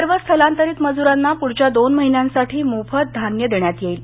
सर्व स्थलांतरित मज्रांना पुढच्या दोन महिन्यांसाठी मोफत धान्य देण्यात येईल